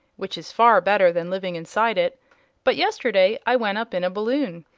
which is far better than living inside it but yesterday i went up in a balloon,